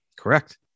Correct